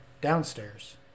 downstairs